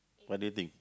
what do you think